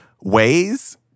ways